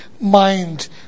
mind